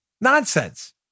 Nonsense